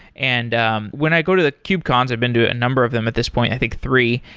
and when i go to the kubecons, i've been to a number of them at this point, i think three.